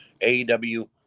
AEW